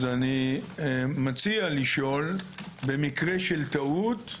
אני מציע לשאול, במקרה של טעות,